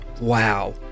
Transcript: Wow